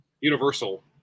Universal